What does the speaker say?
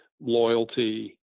loyalty